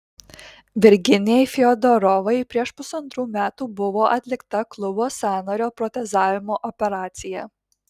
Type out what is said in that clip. virginijai fiodorovai prieš pusantrų metų buvo atlikta klubo sąnario protezavimo operacija